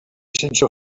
sense